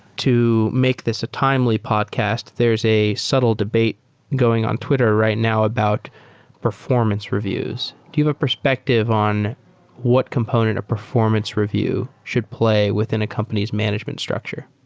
to make this a timely podcast, there is a subtle debate going on twitter right now about performance reviews. give a perspective on what component of performance review should play within a company's management structure